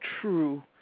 true